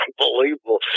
unbelievable